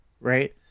Right